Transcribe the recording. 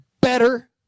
better